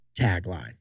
tagline